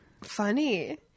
Funny